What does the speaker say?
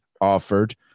offered